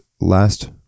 Last